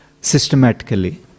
systematically